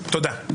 תודה.